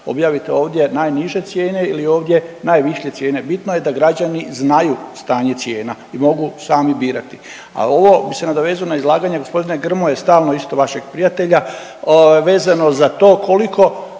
objavite ovdje najniže cijene ili ovdje najvišlje cijene, bitno je da građani znaju stanje cijena i mogu sami birati. A ovo bi se nadovezao na izlaganje g. Grmoje stalno isto vašeg prijatelja vezano za to koliko